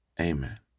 amen